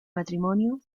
matrimonio